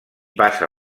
passa